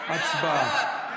הצבעה.